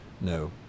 no